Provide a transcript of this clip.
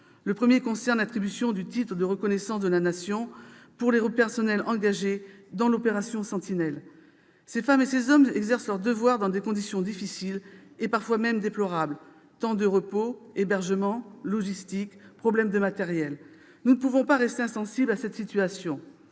Le premier concerne l'attribution du titre de reconnaissance de la Nation pour les personnels engagés dans l'opération Sentinelle. Ces femmes et ces hommes exercent leur devoir dans des conditions difficiles, parfois même déplorables : temps de repos, hébergement, logistique, problèmes de matériel, etc. Nous ne pouvons pas rester insensibles à cette situation.